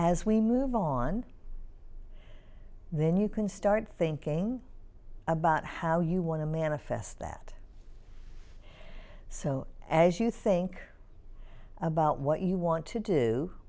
as we move on then you can start thinking about how you want to manifest that so as you think about what you want to do